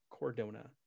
Cordona